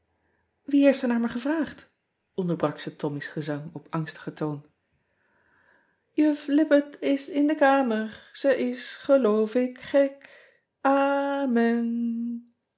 ie heeft er naar me gevraagd onderbrak ze ommy s gezang op angstigen toon uf ippett is in de kamer e is geloof ik gek